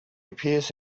appears